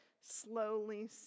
slowly